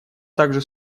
также